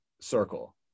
circle